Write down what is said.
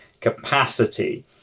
capacity